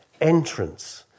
entrance